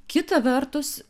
kita vertus